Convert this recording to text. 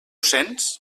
sents